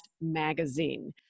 Magazine